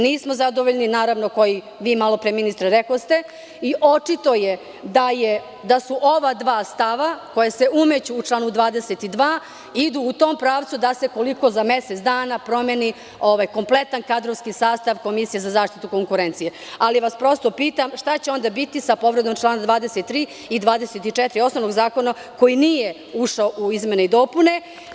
Nismo zadovoljni, naravno koji, vi malo pre ministre rekoste, očito je da su ova dva stava, koja se umeću član 22. idu u tom pravcu da se koliko za mesec dana promeni ovaj kompletan kadrovski sastav komisije za zaštitu konkurencije, ali vas prosto pitam, šta će onda biti sa povredom člana 23. i 24. osnovnog zakona koji nije išao u izmene i dopune?